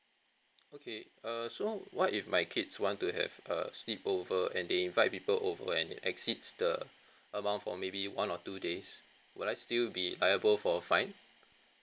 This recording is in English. okay err so what if my kids want to have a sleepover and they invite people over and it exceeds the amount for maybe one or two days will I still be liable for a fine